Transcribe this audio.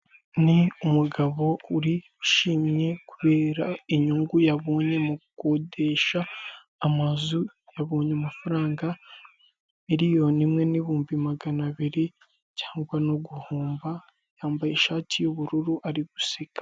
Ni umugabo uri ushimye kubera inyungu yabonye mu gukodesha amazu. Yabonye amafaranga miliyoni imwe n'ibihumbi magana abiri, cyangwa no guhomba. Yambaye ishati y'ubururu ari guseka.